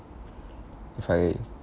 if I